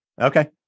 okay